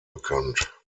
bekannt